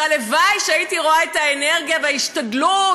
שהלוואי שהייתי רואה את האנרגיה וההשתדלות